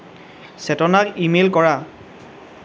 চেতনাক ইমেইল কৰা